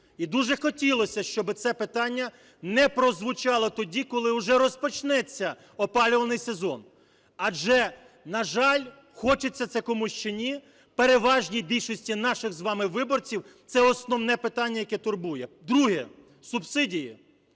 І дуже хотілося, щоб це питання не прозвучало тоді, коли вже розпочнеться опалювальний сезон. Адже, на жаль, хочеться це комусь чи ні, переважній більшості наших з вами виборців, це основне питання, яке турбує. Друге. Субсидії.